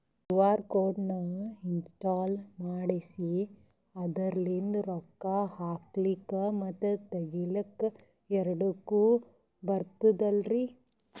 QR code ನ ಇನ್ಸ್ಟಾಲ ಮಾಡೆಸಿ ಅದರ್ಲಿಂದ ರೊಕ್ಕ ಹಾಕ್ಲಕ್ಕ ಮತ್ತ ತಗಿಲಕ ಎರಡುಕ್ಕು ಬರ್ತದಲ್ರಿ?